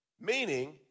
Meaning